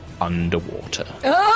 underwater